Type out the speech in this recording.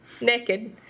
Naked